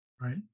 Right